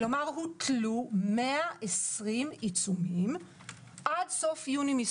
כלומר הוטלו 120 עיצומים עד סוף חודש יוני.